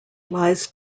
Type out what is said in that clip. lies